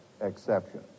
exception